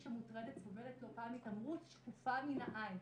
שמוטרדת סובלת לא פעם התעמרות שקופה מן העין.